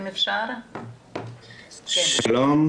שלום.